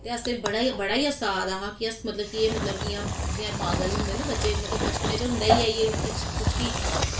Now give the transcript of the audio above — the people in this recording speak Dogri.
ते असेंगी बड़ा गै हास्सा आ दा हा कि अस बड़ा गै इयां जियां पागल होंदे ना बच्चे बचपनें च होंदा गै ऐ कुश कि